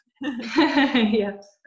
Yes